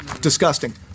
disgusting